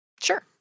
Sure